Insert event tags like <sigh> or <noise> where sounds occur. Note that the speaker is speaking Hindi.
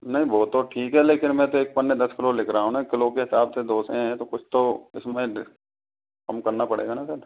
नहीं वो तो ठीक है लेकिन मैं तो एक <unintelligible> मैं दस किलो लिख रहा हूँ ना एक किलो के हिसाब दो सही है तो कुछ तो इस में कम करना पड़ेगा ना सर